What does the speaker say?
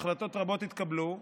החלטות רבות התקבלו,